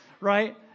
right